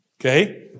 Okay